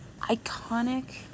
iconic